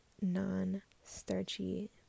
non-starchy